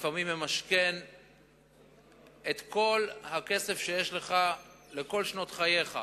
לפעמים ממשכן את כל הכסף שיש לך לכל שנות חייך,